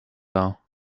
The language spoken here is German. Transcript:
dar